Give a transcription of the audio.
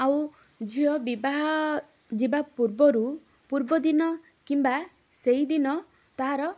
ଆଉ ଝିଅ ବିବାହ ଯିବା ପୂର୍ବରୁ ପୂର୍ବଦିନ କିମ୍ବା ସେଇଦିନ ତାହାର